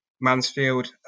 Mansfield